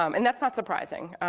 um and that's not surprising.